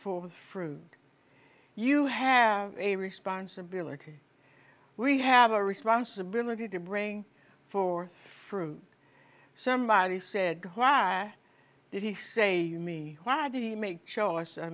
forth fruit you have a responsibility we have a responsibility to bring forth fruit somebody said why did he say to me why did he make show us i